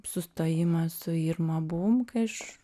sustojimas su irma būm kai aš